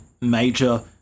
major